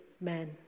men